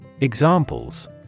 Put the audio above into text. Examples